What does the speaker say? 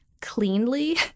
cleanly